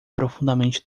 profundamente